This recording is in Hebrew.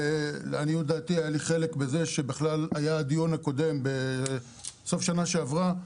ולעניות דעתי אני חלק מזה שבכלל היה הדיון הקודם בסוף שנה שעברה.